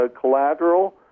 collateral